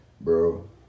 Bro